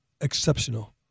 exceptional